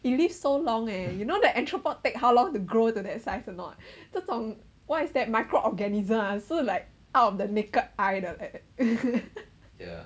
it live so long eh you know the entrepot take how long to grow to that size or not 这种 what is that micro organism 是 like out of the naked eye 的 leh